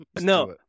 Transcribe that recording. No